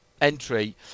entry